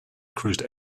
cruised